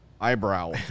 eyebrow